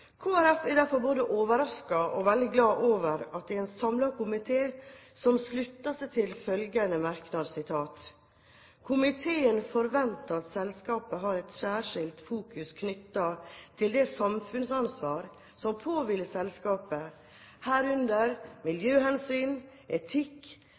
Folkeparti er derfor både overrasket over og glad for at en samlet komité slutter seg til følgende merknad: «Komiteen forventer at selskapet har et særskilt fokus knyttet til det samfunnsansvar som påhviler selskapet, herunder